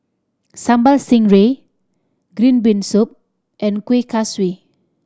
Sambal Stingray green bean soup and Kuih Kaswi